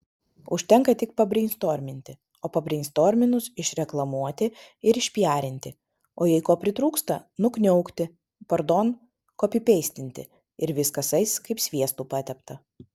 užtenka tik pabreinstorminti o pabreinstorminus išreklamuoti ir išpijarinti o jei ko pritrūksta nukniaukti pardon kopipeistinti ir viskas eis kaip sviestu patepta